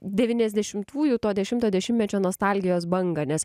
devyniasdešimtųjų to dešimto dešimtmečio nostalgijos bangą nes